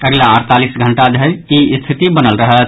अगिला अड़तालीस घंटा धरि ई स्थिति बनल रहत